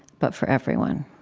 but for everyone.